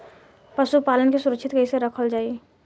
पशुपालन के सुरक्षित कैसे रखल जाई?